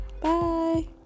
Bye